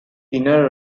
inner